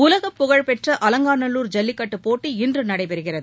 உலகப்புகழ் பெற்ற அலங்காநல்லூர் ஐல்லிக்கட்டுப்போட்டி இன்று நடைபெறுகிறது